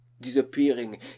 disappearing